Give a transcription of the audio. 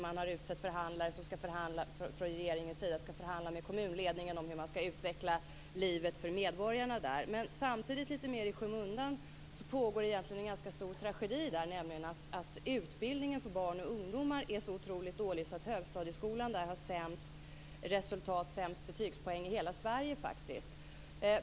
Man har utsett förhandlare som från regeringens sida skall förhandla med kommunledningen om hur man skall utveckla livet för medborgarna där. Samtidigt pågår där lite mer i skymundan en egentligen ganska stor tragedi. Utbildningen för barnoch ungdomar är nämligen så otroligt dålig att högstadieskolan har sämst resultat och sämst betygspoäng i hela Sverige.